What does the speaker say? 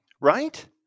right